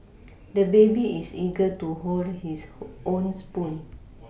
the baby is eager to hold his own spoon